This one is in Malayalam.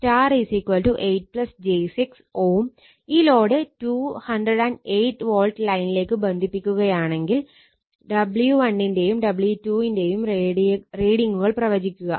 ഈ ലോഡ് 208 വോൾട്ട് ലൈനിലേക്ക് ബന്ധിപ്പിക്കുകയാണെങ്കിൽ W1 ന്റെയും W2 ന്റെയും റീഡിങ്ങുകൾ പ്രവചിക്കുക